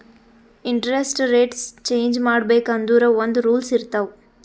interest rates change ಮಾಡ್ಬೇಕ್ ಅಂದುರ್ ಒಂದ್ ರೂಲ್ಸ್ ಇರ್ತಾವ್